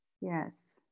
Yes